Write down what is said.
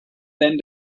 then